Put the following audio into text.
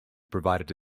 provided